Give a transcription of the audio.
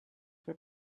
for